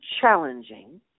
challenging